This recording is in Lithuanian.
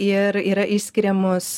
ir yra išskiriamos